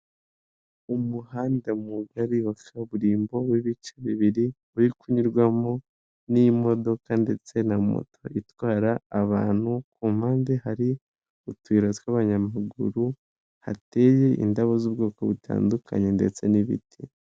Umuhanda mugari wa kaburimbo w'ibice bibiri uri kunyurwamo n'imodoka ndetse na moto itwara abantu, ku mpande hari utuyira tw'abanyamaguru, hateye indabo z'ubwoko butandukanye ndetse n'ibiti.